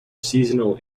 seasonal